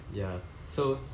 ya so